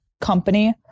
company